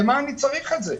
ומה אני צריך את זה?